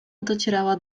docierała